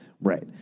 Right